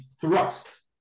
Thrust